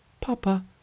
Papa